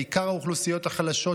בעיקר האוכלוסיות החלשות,